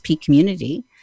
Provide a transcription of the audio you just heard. community